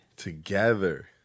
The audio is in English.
Together